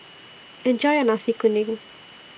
Enjoy your Nasi Kuning